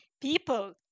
People